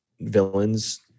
villains